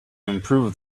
improve